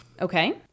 Okay